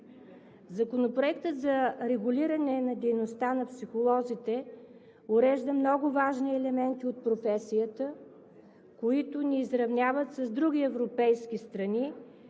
Законопроектът за регулиране на дейността на психолозите урежда много важни елементи от професията, които ни изравняват с други европейски страни,